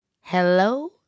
Hello